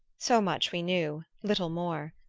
so much we knew little more.